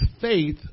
faith